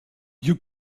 you